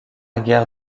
guerre